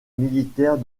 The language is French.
militaire